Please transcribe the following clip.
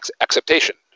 acceptation